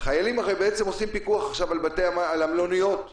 חיילים עושים פיקוח על המלוניות עכשיו,